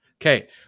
Okay